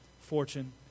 fortune